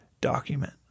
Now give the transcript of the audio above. document